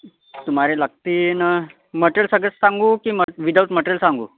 तुम्हाला लागतीनं मट्रेलसकट सांगू की म विदाउट मट्रेल सांगू